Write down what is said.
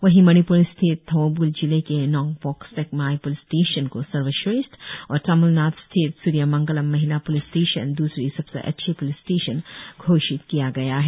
वहीं मणिप्र स्थित थोउबल जिले के नोंगपोक सेकमाई प्लिस स्टेशन को सर्वश्रेष्ठ और तामिलनाड् स्थित सूर्यामंगलम महिला प्लिस स्टेशन दूसरी सबसे अच्छी प्लिस स्टेशन घोषित किया गया है